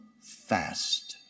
fast